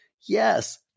yes